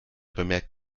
bemerkt